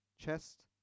chest